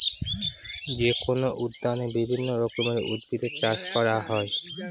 যেকোনো উদ্যানে বিভিন্ন রকমের উদ্ভিদের চাষ করা হয়